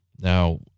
Now